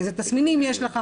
איזה תסמינים יש לך',